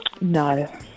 no